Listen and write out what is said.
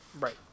Right